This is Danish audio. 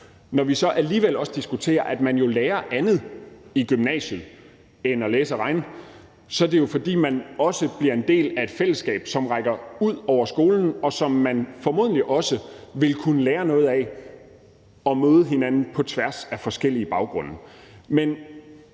Når vi så alligevel også diskuterer det, at man lærer andet i gymnasiet end at læse og regne, er det jo, fordi man også bliver en del af et fællesskab, som rækker ud over skolen, og som man formodentlig også vil kunne lære noget af ved at møde hinanden på tværs af forskellige baggrunde.